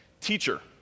Teacher